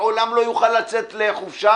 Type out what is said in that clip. לעולם לא יוכל לצאת לחופשה